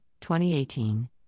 2018